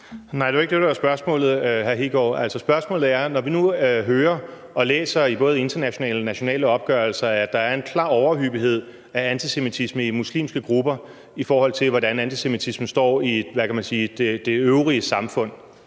det, der var spørgsmålet, hr. Kristian Hegaard. Det, det handler om, er, at, når vi nu hører og læser i både internationale og nationale opgørelser, at der en klar overhyppighed af antisemitisme i muslimske grupper, i forhold til hvordan antisemitismen står i det øvrige samfund,